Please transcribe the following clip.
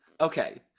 Okay